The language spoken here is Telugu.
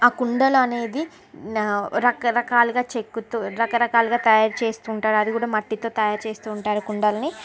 ఆ కుండలు అనేవి రకరకాలుగా చెక్కుతూ రకరకాలుగా తయారు చేస్తుంటారు అది కూడా మట్టితో తయారు చేస్తూ ఉంటారు కుండలని